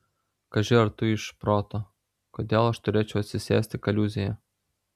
kaži ar tu iš proto kodėl aš turėčiau atsisėsti kaliūzėje